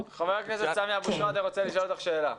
ח"כ סמי אבו שחאדה רוצה לשאול אותך שאלה.